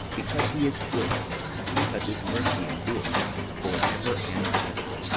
because he is good because his mercy endureth for ever and ever.